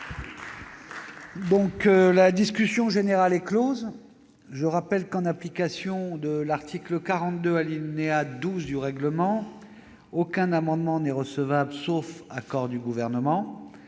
par la commission mixte paritaire. Je rappelle que, en application de l'article 42, alinéa 12, du règlement, aucun amendement n'est recevable, sauf accord du Gouvernement